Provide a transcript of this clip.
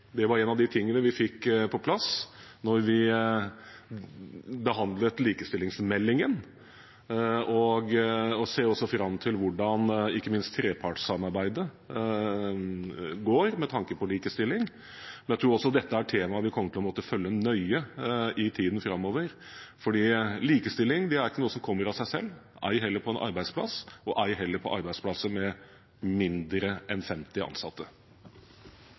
Det var en av de tingene vi fikk på plass da vi behandlet likestillingsmeldingen. Jeg ser også fram til hvordan ikke minst trepartssamarbeidet går med tanke på likestilling. Jeg tror dette er et tema vi kommer til å måtte følge nøye i tiden framover, for likestilling er ikke noe som kommer av seg selv, ei heller på en arbeidsplass, og ei heller på arbeidsplasser med færre enn 50 ansatte.